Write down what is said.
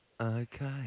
Okay